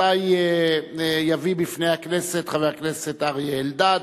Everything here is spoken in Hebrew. יביא אותה בפני הכנסת חבר הכנסת אריה אלדד,